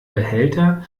behälter